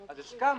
אז הסכמנו.